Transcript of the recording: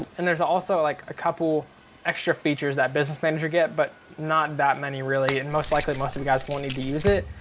and there's also like a couple extra features that business manager get, but not that many really. and most likely most of you guys won't need to use it.